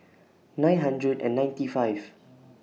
nine hundred and ninety five